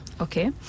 Okay